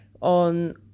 on